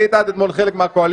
היית עד אתמול חלק מהקואליציה.